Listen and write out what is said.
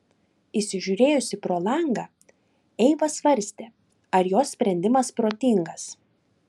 įsižiūrėjusi pro langą eiva svarstė ar jos sprendimas protingas